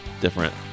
different